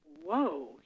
Whoa